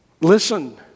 listen